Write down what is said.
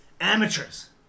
Amateurs